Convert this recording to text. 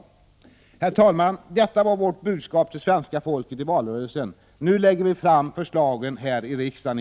Herr talman! Detta var vårt budskap till svenska folket i valrörelsen. Nu i höst skall vi lägga fram förslagen här i riksdagen.